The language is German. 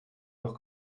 doch